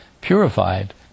purified